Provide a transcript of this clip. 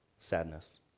sadness